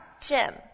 Jim